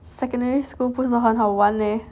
secondary school 不很好玩 leh